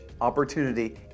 opportunity